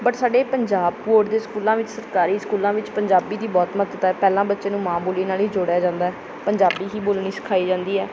but ਸਾਡੇ Punjab board ਦੇ ਸਕੂਲਾਂ ਵਿੱਚ ਸਰਕਾਰੀ ਸਕੂਲਾਂ ਵਿੱਚ ਪੰਜਾਬੀ ਦੀ ਬਹੁਤ ਮਹੱਤਤਾ ਹੈ ਪਹਿਲਾਂ ਬੱਚੇ ਨੂੰ ਮਾਂ ਬੋਲੀ ਨਾਲ ਹੀ ਜੋੜਿਆ ਜਾਂਦਾ ਪੰਜਾਬੀ ਹੀ ਬੋਲਣੀ ਸਿਖਾਈ ਜਾਂਦੀ ਹੈ